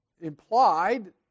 implied